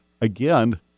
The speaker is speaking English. again